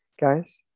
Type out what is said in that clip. guys